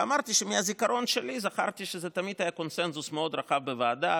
אמרתי שמהזיכרון שלי זכרתי שזה תמיד היה קונסנזוס מאוד רחב בוועדה,